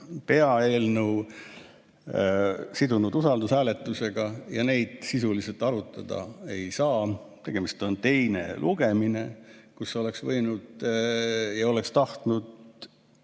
peaeelnõu, on sidunud need usaldushääletusega ja neid sisuliselt arutada ei saa. Tegemist on teiste lugemistega, kus oleks võinud ja oleks tahtnud